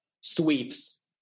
sweeps